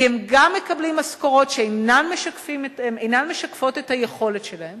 כי הם גם מקבלים משכורות שאינן משקפות את היכולת שלהם